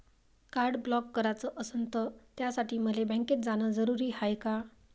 Card block कराच असनं त त्यासाठी मले बँकेत जानं जरुरी हाय का?